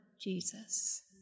Jesus